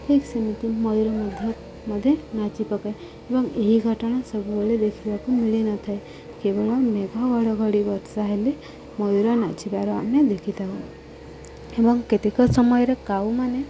ଠିକ୍ ସେମିତି ମୟୂର ମଧ୍ୟ ମଧ୍ୟ ନାଚି ପକାଏ ଏବଂ ଏହି ଘଟଣା ସବୁବେଳେ ଦେଖିବାକୁ ମିଳିନଥାଏ କେବଳ ମେଘ ଘଡ଼ଘଡ଼ି ବର୍ଷା ହେଲେ ମୟୂୁର ନାଚିବାର ଆମେ ଦେଖିଥାଉ ଏବଂ କେତେକ ସମୟରେ କାଉମାନେ